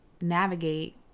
navigate